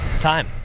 Time